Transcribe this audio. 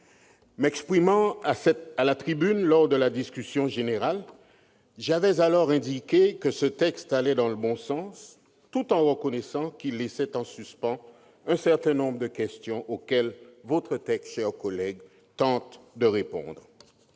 M'exprimant à cette tribune lors de la discussion générale, j'avais alors estimé que cette proposition de loi allait dans le bon sens, tout en reconnaissant qu'elle laissait en suspens un certain nombre de questions, auxquelles votre texte, ma chère collègue, tente de répondre.